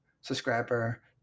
subscriber